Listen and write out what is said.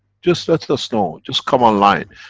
just let us know, just come online,